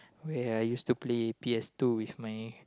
where I used to play p_s-two with my